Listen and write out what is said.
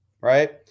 right